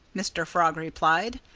mr. frog replied.